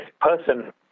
person